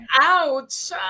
ouch